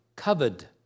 Covered